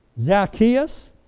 Zacchaeus